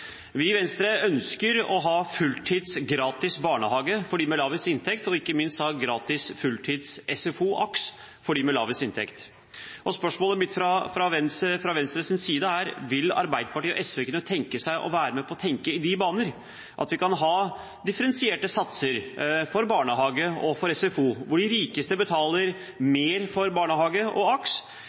Vi i Venstre ønsker å ha fulltids gratis barnehage for dem med lavest inntekt og ikke minst ha gratis fulltid i SFO/AKS for dem med lavest inntekt. Spørsmålet fra Venstres side er: Vil Arbeiderpartiet og SV kunne være med og tenke i de baner at vi kan ha differensierte satser for barnehage og for SFO, hvor de rikeste betaler mer for barnehage og AKS,